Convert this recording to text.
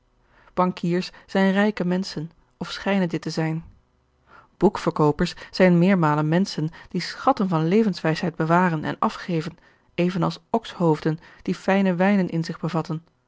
bankiers zijn rijke menschen of schijnen dit te zijn boekverkoopers zijn meermalen menschen die schatten van levenswijsheid bewaren en afgeven even als okshoofden die fijne wijnen in zich bevatten